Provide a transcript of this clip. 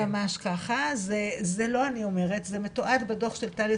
ממש ככה - זה לא אני אומרת -זה מתועד בדוח של טליה